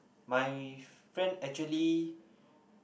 my friend actually